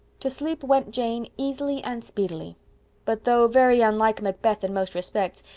to sleep went jane easily and speedily but, though very unlike macbeth in most respects,